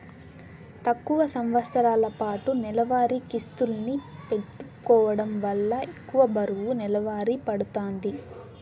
తక్కువ సంవస్తరాలపాటు నెలవారీ కిస్తుల్ని పెట్టుకోవడం వల్ల ఎక్కువ బరువు నెలవారీ పడతాంది